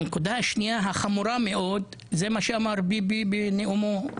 הוגשו תלונות לפני המינוי ואחרי המינוי של איתמר בן גביר לשר לביטחון